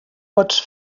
pots